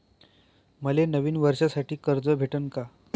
मले नवीन वर्षासाठी कर्ज भेटन का?